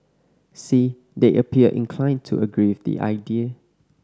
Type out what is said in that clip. see they appear inclined to agree with the idea